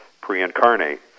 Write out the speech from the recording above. pre-incarnate